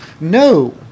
no